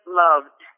loved